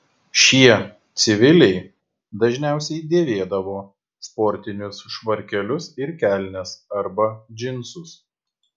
šie civiliai dažniausiai dėvėdavo sportinius švarkelius ir kelnes arba džinsus